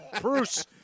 Bruce